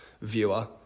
viewer